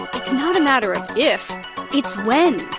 it's not a matter of if it's when.